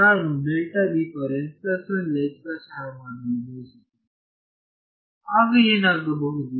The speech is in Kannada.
ನಾನು ಲೆಕ್ಕಾಚಾರ ಮಾಡಲು ಬಯಸುತ್ತೇನೆ ಆಗಏನಾಗಬಹುದು